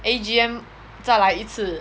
A_G_M 再来一次